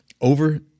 over